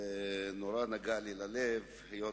הוא נגע מאוד ללבי,